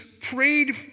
prayed